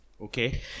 Okay